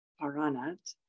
Paranat